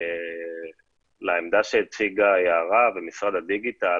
לעמדה שהציגה יערה משרד הדיגיטל